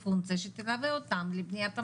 לפונקציה שתלווה אותם לבניית המערכת.